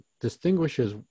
distinguishes